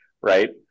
right